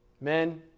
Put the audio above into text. Men